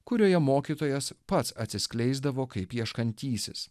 kurioje mokytojas pats atsiskleisdavo kaip ieškantysis